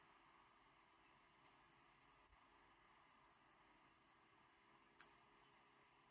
oh